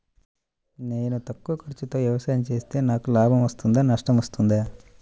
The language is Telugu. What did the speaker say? నేను తక్కువ ఖర్చుతో వ్యవసాయం చేస్తే నాకు లాభం వస్తుందా నష్టం వస్తుందా?